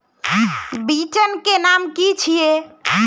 बिचन के नाम की छिये?